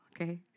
okay